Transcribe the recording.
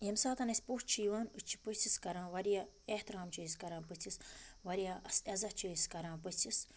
ییٚمہِ ساتہٕ اَسہِ پوٚژھ چھُ یِوان أسۍ چھِ پٔژھِس کَران واریاہ احترام چھِ أسۍ کَران پٔژھِس واریاہ عزت چھِ أسۍ کَران پٔژھِس